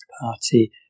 party